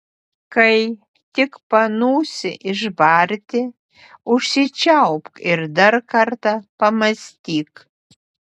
kai tik panūsi išbarti užsičiaupk ir dar kartą pamąstyk